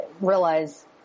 realize –